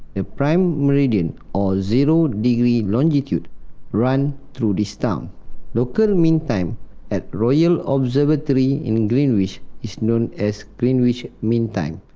the prime meridian or zero-degree longitude runs through this town. the local mean time at royal observatory in greenwich is known as greenwich mean time.